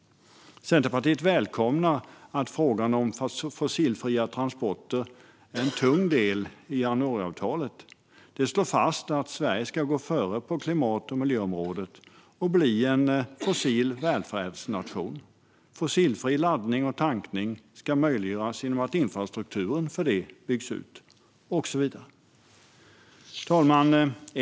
Centerpartiet välkomnar att frågan om fossilfria transporter är en tung del i januariavtalet. Där slås fast att Sverige ska gå före på klimat och miljöområdet och bli en fossilfri välfärdsnation. Fossilfri laddning och tankning ska möjliggöras genom att bland annat infrastrukturen för det byggs ut. Fru talman!